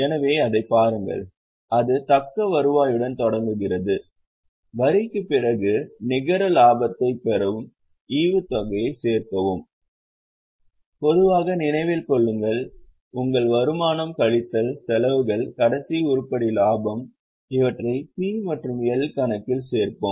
எனவே அதைப் பாருங்கள் அது தக்க வருவாயுடன் தொடங்குகிறது வரிக்குப் பிறகு நிகர லாபத்தைப் பெறும் ஈவுத்தொகையைச் சேர்க்கவும் பொதுவாக நினைவில் கொள்ளுங்கள் உங்கள் வருமானம் கழித்தல் செலவுகள் கடைசி உருப்படி லாபம் இவற்றை P மற்றும் L கணக்கில் சேர்ப்போம்